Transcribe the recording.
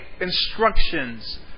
instructions